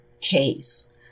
case